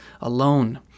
alone